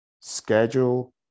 Schedule